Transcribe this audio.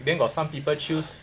then got some people choose